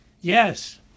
Yes